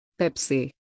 Pepsi